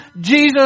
Jesus